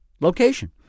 location